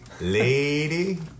lady